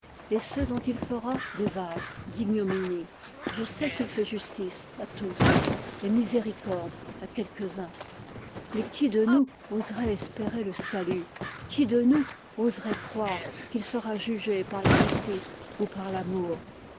et ceux dont il fera des vases d'ignominie je sais qu'il fait justice à tous et miséricorde à quelquesuns mais qui de nous oserait espérer le salut qui de nous oserait décider qu'il sera jugé par la justice ou par l'amour